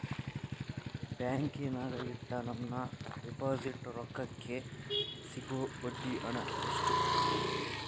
ಬ್ಯಾಂಕಿನಾಗ ಇಟ್ಟ ನನ್ನ ಡಿಪಾಸಿಟ್ ರೊಕ್ಕಕ್ಕೆ ಸಿಗೋ ಬಡ್ಡಿ ಹಣ ಎಷ್ಟು?